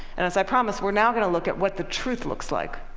and as i promised, we're now going to look at what the truth looks like.